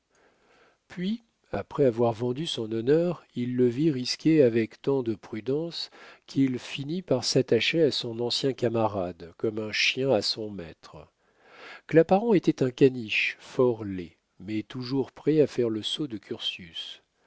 puis après avoir vendu son honneur il le vit risquer avec tant de prudence qu'il finit par s'attacher à son ancien camarade comme un chien à son maître claparon était un caniche fort laid mais toujours prêt à faire le saut de curtius